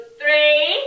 three